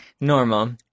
normal